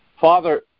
Father